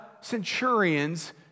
centurion's